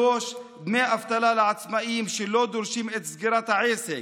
3. דמי אבטלה לעצמאים שלא דורשים את סגירת העסק.